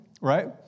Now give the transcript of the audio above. right